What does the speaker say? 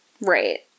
right